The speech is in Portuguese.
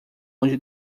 longe